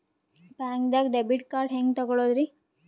ಬ್ಯಾಂಕ್ದಾಗ debit card ಹೆಂಗ್ ತಗೊಳದ್ರಿ?